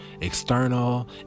external